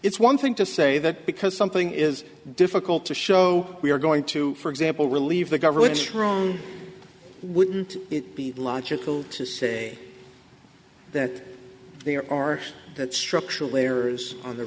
it's one thing to say that because something is difficult to show we are going to for example relieve the government strong wouldn't it be logical to say that there are that structural errors on the